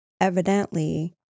evidently